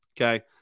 Okay